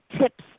tips